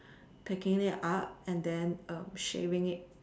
taking it up and then shaving it